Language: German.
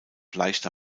leichter